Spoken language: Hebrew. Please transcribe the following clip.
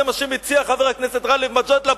זה מה שמציע חבר הכנסת גאלב מג'אדלה,